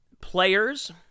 players